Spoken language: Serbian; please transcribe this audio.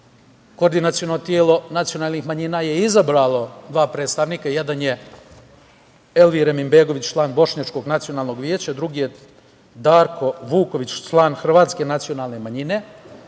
koordinaciono telo nacionalnih manjina je izabralo dva predstavnika. Jedan je Elvir Begović, član bošnjačkog nacionalnog veća, a drugi je Darko Vuković, član hrvatske nacionalne manjine,